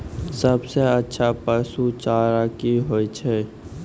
सबसे अच्छा पसु चारा की होय छै?